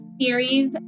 series